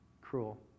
cruel